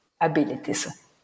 abilities